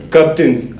Captain's